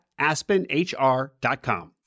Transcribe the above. AspenHR.com